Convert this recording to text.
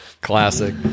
classic